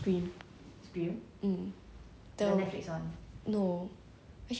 actually it's not on Netflix it's a it's a quite an old movie is the serial killer [one]